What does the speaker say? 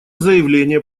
заявление